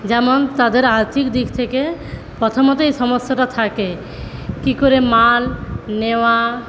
যেমন তাদের আর্থিক দিক থেকে প্রথমত এই সমস্যাটা থাকে কি করে মাল নেওয়া